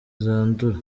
zandura